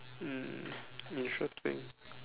mm interesting